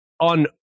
on